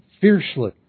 fiercely